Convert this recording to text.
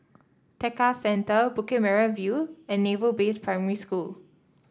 Tekka Centre Bukit Merah View and Naval Base Primary School